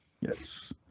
Yes